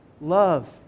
Love